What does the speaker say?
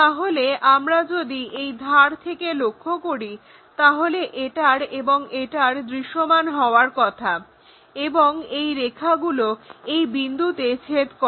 তাহলে আমরা যদি এই ধার থেকে লক্ষ্য করি তাহলে এটার এবং এটার দৃশ্যমান হওয়ার কথা এবং এই রেখাগুলো এই বিন্দুতে ছেদ করে